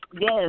Yes